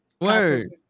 Word